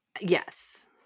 yes